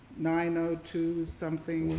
nine-o-two something.